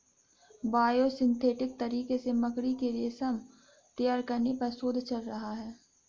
biosynthetic तरीके से मकड़ी के रेशम तैयार करने पर शोध चल रहा है